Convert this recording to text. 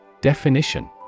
Definition